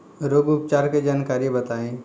रोग उपचार के जानकारी बताई?